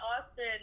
austin